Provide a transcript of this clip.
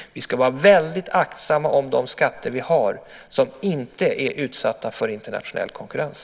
Vi ska vara väldigt aktsamma om de skatter vi har som inte är utsatta för internationell konkurrens.